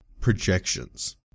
Projections